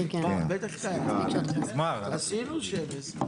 עשינו שבס.